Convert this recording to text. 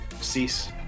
cease